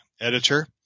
editor